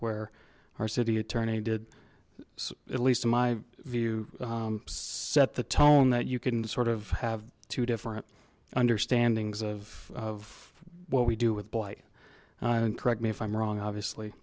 where our city attorney did at least in my view set the tone that you can sort of have two different understandings of what we do with blight and correct me if i'm wrong obviously